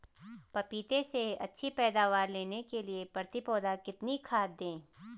पपीते से अच्छी पैदावार लेने के लिए प्रति पौधा कितनी खाद दें?